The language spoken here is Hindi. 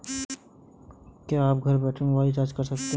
क्या हम घर बैठे मोबाइल रिचार्ज कर सकते हैं?